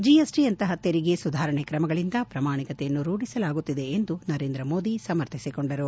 ಜಿಎಸ್ಟಿಯಂತಹ ತೆರಿಗೆ ಸುಧಾರಣೆ ಕ್ರಮಗಳಿಂದ ಪ್ರಮಾಣಿಕತೆಯನ್ನು ರೂಢಿಸಲಾಗುತ್ತಿದೆ ಎಂದು ನರೇಂದ್ರ ಮೋದಿ ಸಮರ್ಥಿಸಿಕೊಂಡರು